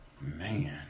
Man